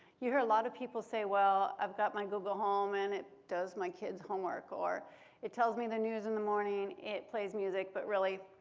you hear a lot of people say, well, i've got my google home, and it does my kid's homework, or it tells me the news in the morning. it plays music, but really,